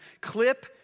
clip